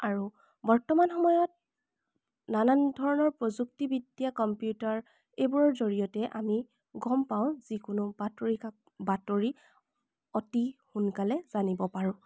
আৰু বৰ্তমান সময়ত নানান ধৰণৰ প্ৰযুক্তিবিদ্যা কম্পিউটাৰ এইবোৰৰ জৰিয়তে আমি গম পাওঁ যিকোনো বাতৰি কাক বাতৰি অতি সোনকালে জানিব পাৰোঁ